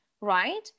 right